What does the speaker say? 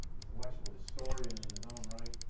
intellectual historian in his own right,